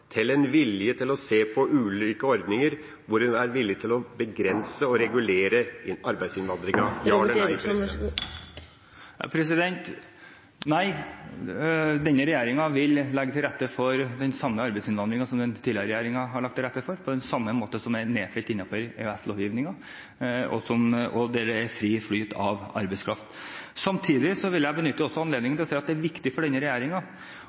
til vilje til å se på ulike ordninger, hvor en er villig til å begrense og regulere arbeidsinnvandringa? Ja eller nei? Nei. Denne regjeringen vil legge til rette for den samme arbeidsinnvandringen som den tidligere regjeringen har lagt til rette for, på den samme måten som er nedfelt i EØS-lovgivningen der det er fri flyt av arbeidskraft. Samtidig vil jeg benytte anledningen til å si at det er viktig for denne